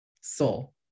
soul